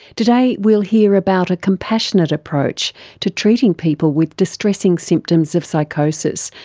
today we'll hear about a compassionate approach to treating people with distressing symptoms of psychosis,